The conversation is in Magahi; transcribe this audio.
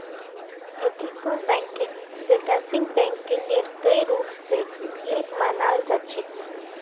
एथिकल बैंकिंगक वैकल्पिक बैंकिंगेर कई रूप स एक मानाल जा छेक